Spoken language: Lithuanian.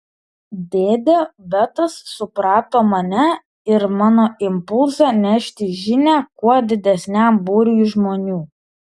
dėdė betas suprato mane ir mano impulsą nešti žinią kuo didesniam būriui žmonių